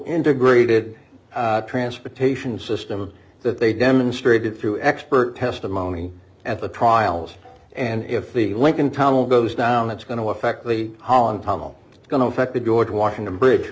integrated transportation system that they demonstrated through expert testimony at the trials and if the lincoln tunnel goes down it's going to affect the holland tunnel it's going to affect the george washington bridge